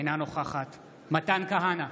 אינה נוכחת מתן כהנא,